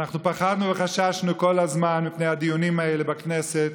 אנחנו פחדנו וחששנו כל הזמן מפני הדיונים האלה בכנסת,